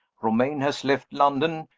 romayne has left london,